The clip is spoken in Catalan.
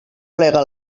plega